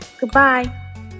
Goodbye